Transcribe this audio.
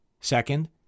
Second